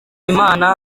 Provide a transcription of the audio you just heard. imana